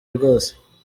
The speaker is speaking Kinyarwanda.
rwose